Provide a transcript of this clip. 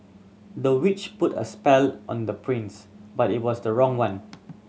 the witch put a spell on the prince but it was the wrong one